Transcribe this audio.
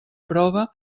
prova